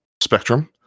spectrum